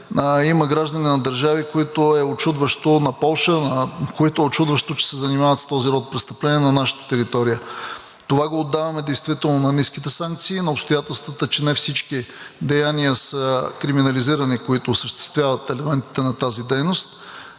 има граждани на държави – на Полша, които е учудващо, че се занимават с този род престъпления на наша територия. Това го отдаваме действително на ниските санкции и на обстоятелствата, че не всички деяния са криминализирани, които осъществяват елементите на тази дейност.